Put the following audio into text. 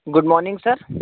good morning sir